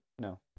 no